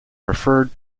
referred